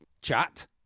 chat